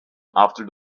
after